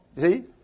See